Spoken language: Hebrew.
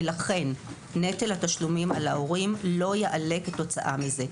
ולכן נטל התשלומים על ההורים לא יעלה כתוצאה מזה.